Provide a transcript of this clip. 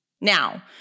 Now